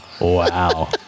Wow